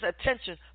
attention